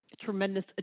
tremendous